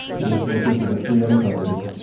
he was working for the three m company,